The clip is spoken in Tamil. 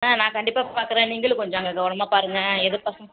ஆ நான் கண்டிப்பாக பார்க்குறேன் நீங்களும் கொஞ்சம் அங்கே கவனமாக பாருங்க ஏதோ பசங்கள்